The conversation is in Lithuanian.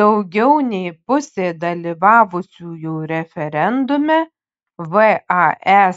daugiau nei pusė dalyvavusiųjų referendume vae